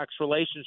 relationship